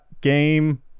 game